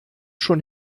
schon